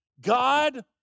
God